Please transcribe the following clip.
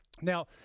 Now